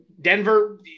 Denver